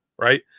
right